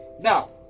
Now